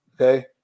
Okay